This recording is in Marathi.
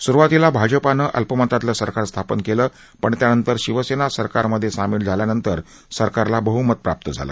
सुरुवातीला भाजपानं अल्पमतातलं सरकार स्थापन केलं पण त्यानंतर शिवसेना सरकारमधे सामिल झाल्यानंतर सरकारला बहमत प्राप्त झालं